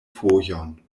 fojon